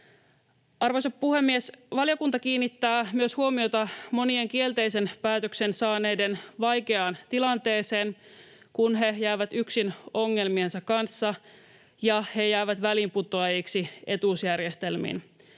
Arvoisa puhemies! Valiokunta kiinnittää huomiota myös monien kielteisen päätöksen saaneiden vaikeaan tilanteeseen, kun he jäävät yksin ongelmiensa kanssa ja väliinputoajiksi etuusjärjestelmiin.